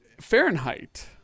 Fahrenheit